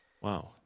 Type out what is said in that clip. Wow